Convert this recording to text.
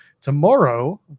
tomorrow